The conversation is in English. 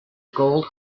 gold